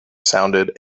sounded